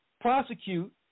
prosecute